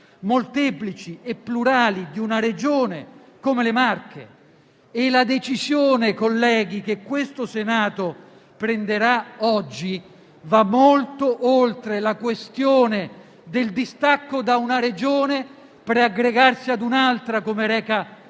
molteplici e plurali di una Regione, come le Marche. La decisione, colleghi, che questo Senato prenderà oggi va molto oltre la questione del distacco da una Regione per aggregarsi ad un'altra, come reca il